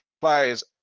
players